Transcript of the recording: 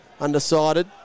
undecided